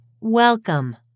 Welcome